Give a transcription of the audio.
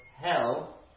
hell